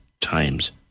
times